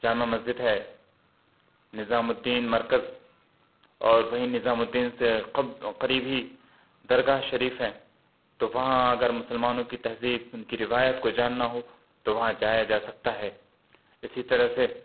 جامع مسجد ہے نظام الدین مرکز اور وہیں نظام الدین سے قب قریب ہی درگاہ شریف ہے تو وہاں اگر مسلمانوں کی تہذیب ان کی روایت کو جاننا ہو تو وہاں جایا جا سکتا ہے اسی طرح سے